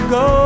go